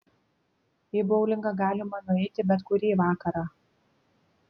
į boulingą galima nueiti bet kurį vakarą